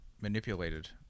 manipulated